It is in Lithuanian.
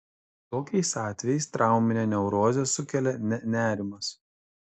tokiais atvejais trauminę neurozę sukelia ne nerimas